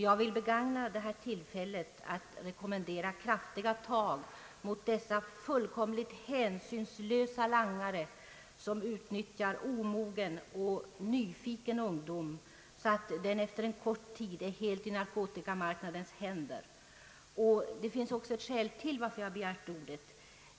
Jag vill begagna detta tillfälle till att rekommendera kraftiga tag mot de fullkomligt hänsynslösa langare som utnyttjar omogen och nyfiken ungdom så att den efter kort tid är helt i narkotikamarknadens våld. Det finns ytterligare ett skäl till att jag begärde ordet.